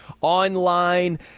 online